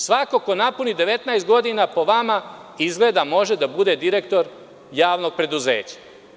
Svako ko napuni 19 godina po vama, može da bude direktor javnog preduzeća.